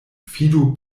fidu